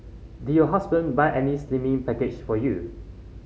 did your husband buy any slimming package for you